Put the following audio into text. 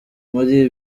muri